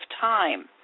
time